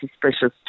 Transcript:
suspicious